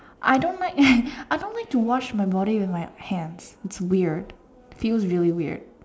I don't like I don't like to wash my body with my hands it's weird feels really weird